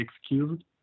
excused